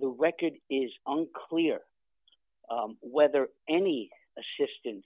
the record is unclear whether any assistance